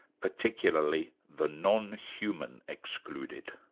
particularly the non-human excluded